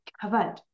covered